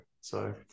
So-